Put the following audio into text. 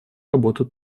работу